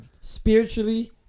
spiritually